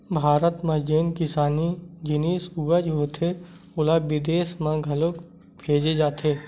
भारत म जेन किसानी जिनिस उपज होथे ओला बिदेस म घलोक भेजे जाथे